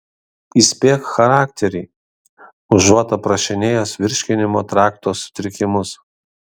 įspėk charakterį užuot aprašinėjęs virškinimo trakto sutrikimus